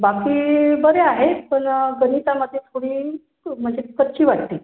बाकी बरी आहे पण गणितामध्ये थोडी म्हणजे कच्ची वाटते